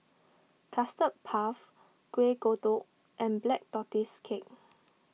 Custard Puff Kuih Kodok and Black Tortoise Cake